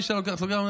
מי שלוקח סוכריה,